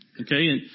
okay